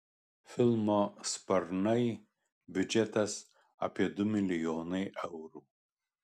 filmo sparnai biudžetas apie du milijonai eurų